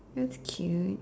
that's cute